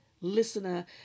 listener